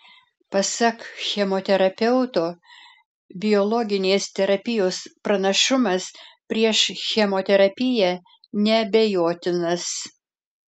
pasak chemoterapeuto biologinės terapijos pranašumas prieš chemoterapiją neabejotinas